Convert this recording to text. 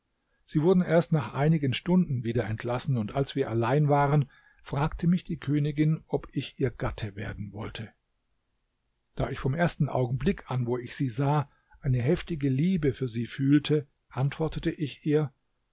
sie wurden erst nach einigen stunden wieder entlassen und als wir allein waren fragte mich die königin ob ich ihr gatte werden wollte da ich vom ersten augenblick an wo ich sie sah eine heftige liebe für sie fühlte antwortete ich ihr